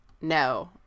No